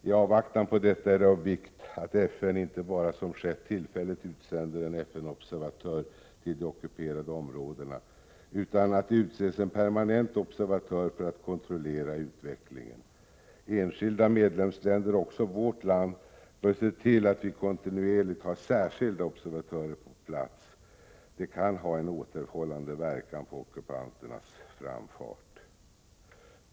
I avvaktan på detta är det av vikt inte bara att FN, som skett, tillfälligt utsänder en FN-observatör till de ockuperade områdena, utan också att det utses en permanent observatör för att kontrollera utvecklingen. Enskilda medlemsländer — också vårt land — bör se till att vi kontinuerligt har särskilda observatörer på plats. Det kan ha en återhållande verkan på ockupanternas framfart.